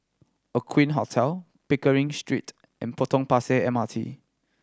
Aqueen Hotel Pickering Street and Potong Pasir M R T